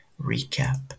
recap